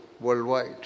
worldwide